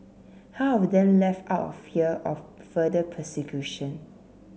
half of them left out of fear of further persecution